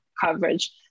coverage